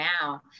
now